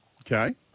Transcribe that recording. Okay